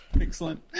Excellent